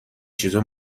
چیزا